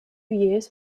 years